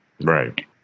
Right